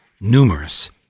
numerous